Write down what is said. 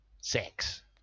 sex